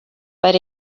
but